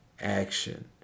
action